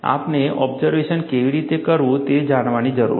આપણે ઓબ્ઝર્વેશન કેવી રીતે કરવું તે જાણવાની જરૂર છે